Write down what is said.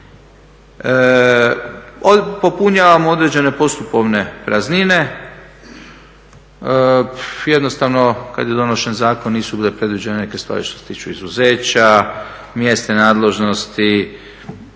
Popunjavamo određene postupovne praznine, jednostavno kada je donesen zakon nisu bile predviđene neke stvari što se tiče izuzeća, mjesne nadležnosti